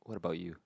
what about you